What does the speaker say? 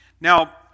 Now